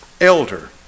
elder